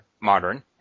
modern